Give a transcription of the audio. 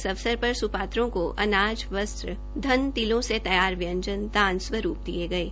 इस अवसर पर स्पात्रों को अनाज वस्त्र धन तिलों से तैयार व्यंजन दान स्वरूप् दिये गये